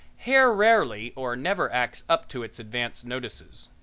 hair rarely or never acts up to its advance notices.